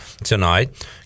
Tonight